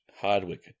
Hardwick